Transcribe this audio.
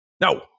No